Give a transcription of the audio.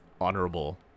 honorable